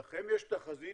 לכם יש תחזית